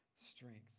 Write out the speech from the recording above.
strength